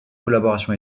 collaboration